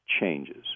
changes